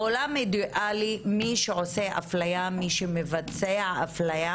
בעולם אידיאלי, מי שעושה אפליה, מי שמבצע אפליה